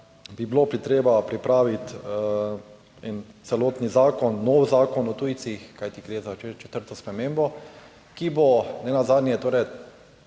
bi bilo treba pripraviti en celotni zakon, nov Zakon o tujcih. Kajti gre za četrto spremembo, ki bo nenazadnje, torej